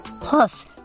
plus